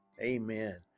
Amen